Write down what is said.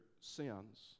sins